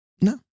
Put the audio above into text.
No